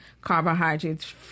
carbohydrates